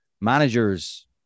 manager's